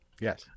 Yes